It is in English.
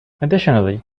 additionally